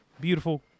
Beautiful